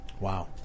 Wow